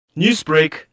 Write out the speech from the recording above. Newsbreak